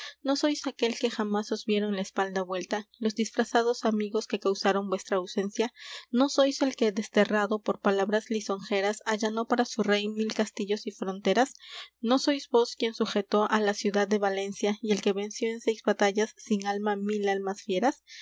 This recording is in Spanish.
no sois aquel que jamás os vieron la espalda vuelta los disfrazados amigos que causaron vuestra ausencia no sois el que desterrado por palabras lisonjeras allanó para su rey mil castillos y fronteras no sois vos quien sujetó á la ciudad de valencia y el que venció en seis batallas sin alma mil almas fieras